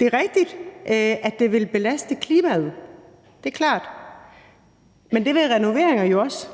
det er rigtigt, at det vil belaste klimaet – det er klart – men det vil renoveringer jo også.